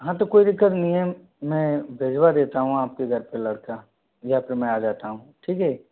हाँ तो कोई दिक्कत नहीं है मैं भिजवा देता हूँ आपके घर पर लड़का या फिर मैं आ जाता हूँ ठीक है